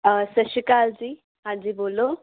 ਸਤਿ ਸ਼੍ਰੀ ਅਕਾਲ ਜੀ ਹਾਂਜੀ ਬੋਲੋ